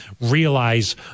realize